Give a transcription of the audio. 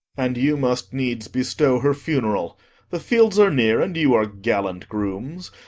and you must needs bestow her funeral the fields are near, and you are gallant grooms.